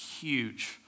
huge